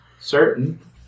certain